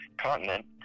continent